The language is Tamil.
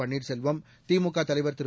பன்னீர்செல்வம் திமுக தலைவர் திரு